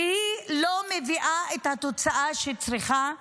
ולא מביאה את התוצאה שהיא צריכה להביא.